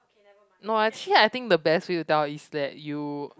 no actually I think the best way to tell is that you